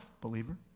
believer